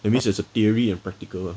it means there's a theory and practical